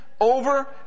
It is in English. over